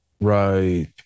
Right